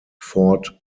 fort